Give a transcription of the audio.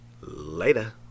later